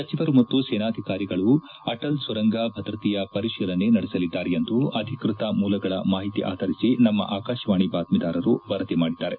ಸಚಿವರು ಮತ್ತು ಸೇನಾಧಿಕಾರಿಗಳು ಅಟಲ್ ಸುರಂಗ ಭದ್ರತೆಯ ಪರಿಶೀಲನೆ ನಡೆಸಲಿದ್ದಾರೆ ಎಂದು ಅಧಿಕೃತ ಮೂಲಗಳ ಮಾಹಿತಿ ಆಧರಿಸಿ ನಮ್ನ ಆಕಾಶವಾಣಿ ಬಾತ್ತೀದಾರರು ವರದಿ ಮಾಡಿದ್ದಾರೆ